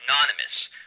anonymous